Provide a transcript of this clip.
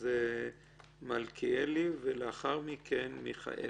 אז מלכיאלי ולאחר מכן מיכאלי.